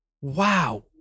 wow